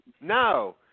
No